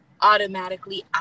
automatically